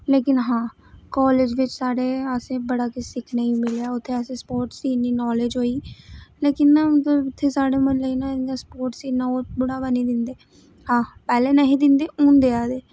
लेकिन हां कालेज बिच साढ़े असें बड़ा किश सिक्खने गी मिलेआ उत्थै स्पोर्टें दी इन्नी नालेज है लेकिन उत्थै ना साढ़े म्हल्ले च स्पोर्टें च गी इन्ना बधाबा नेईं दिंदे हां पैह्लें नेईं हे दिंदे हून दिंदे